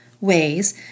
ways